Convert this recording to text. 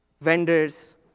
vendors